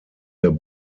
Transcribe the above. der